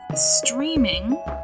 streaming